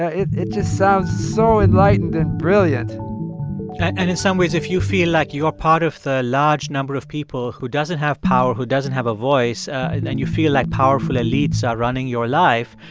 ah it it just sounds so enlightened and brilliant and in some ways, if you feel like you are part of the large number of people who doesn't have power, who doesn't have a voice and and you feel like powerful elites are running your life,